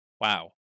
Wow